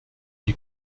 die